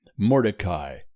Mordecai